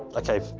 ok,